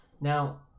now